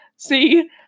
See